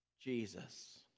jesus